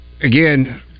Again